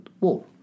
War